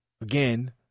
again